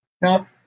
Now